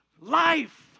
life